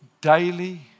daily